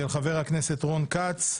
של חבר הכנסת רון כץ.